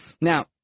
Now